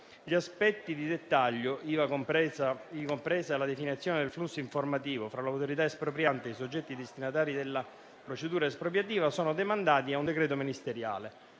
Gli aspetti di dettaglio, ivi compresa la definizione del flusso informativo fra l'autorità espropriante e i soggetti destinatari della procedura espropriativa, sono demandati a un decreto ministeriale.